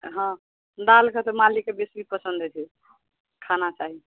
हँ दालिके तऽ मालिकके बेसी पसन्द होइ छै खाना चाही